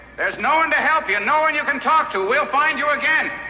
there's no one to help you, no one you can talk to. we'll find you again.